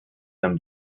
some